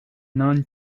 known